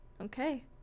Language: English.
okay